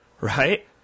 right